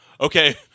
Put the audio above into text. okay